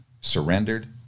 surrendered